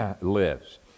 lives